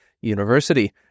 University